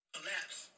Collapse